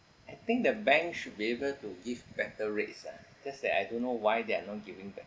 I think the bank should be able to give better rates ah just that I don't know why they are not giving bet~